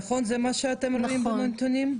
זה מה שאתם רואים בנתונים?